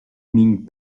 ming